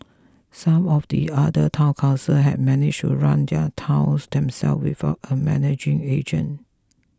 some of the other Town Councils have managed to run their towns themselves without a managing agent